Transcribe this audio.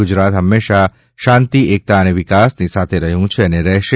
ગુજરાત હંમેશાં શાંતિ એકતા અને વિકાસની સાથે રહ્યું છે અને રહેશે